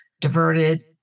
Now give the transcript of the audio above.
diverted